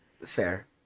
Fair